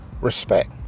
respect